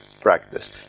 practice